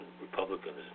Republicans